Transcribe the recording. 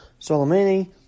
Soleimani